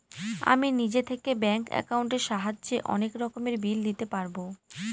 আমি নিজে থেকে ব্যাঙ্ক একাউন্টের সাহায্যে অনেক রকমের বিল দিতে পারবো